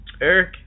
Eric